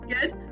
good